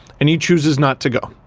and he chooses not to go.